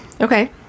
okay